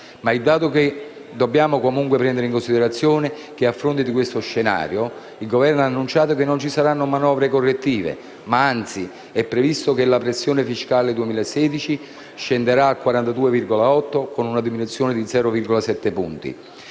il dato che dobbiamo comunque prendere in considerazione è che a fronte di questo scenario il Governo ha annunciato che non ci saranno manovre correttive, anzi è previsto che la pressione fiscale nel 2016 scenderà al 42,8 per cento, con una diminuzione di 0,7 punti